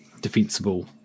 defensible